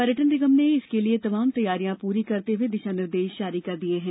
पर्यटन निगम ने इसके लिए तमाम तैयारियां पूरी करते हुए दिशा निर्देश जारी कर दिए हैं